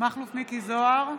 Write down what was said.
מכלוף מיקי זוהר,